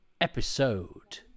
episode